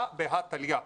הא בהא תליא.